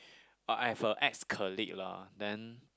uh I have a ex colleague lah then